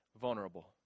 vulnerable